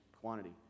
quantity